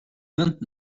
vingt